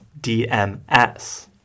DMS